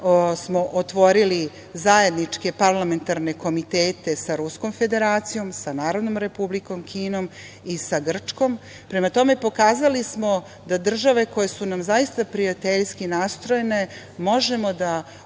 smo otvorili zajedničke parlamentarne komitete sa Ruskom Federacijom, sa Narodnom Republikom Kinom i sa Grčkom. Prema tome, pokazali smo da sa državama koje su nam zaista prijateljski nastrojene možemo otvoreno